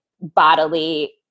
bodily